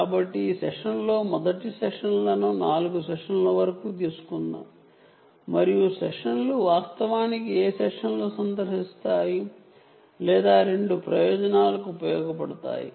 కాబట్టి మొదటి సెషన్లను 4 సెషన్ల వరకు తీసుకుందాం మరియు సెషన్లు వాస్తవానికి సెషన్లు ఏమి సందర్శిస్తాయి లేదా 2 ప్రయోజనాలకు ఉపయోగపడతాయి